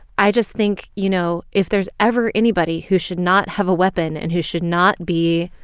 i just think, you know, if there's ever anybody who should not have a weapon and who should not be,